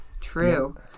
True